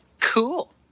cool